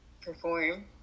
perform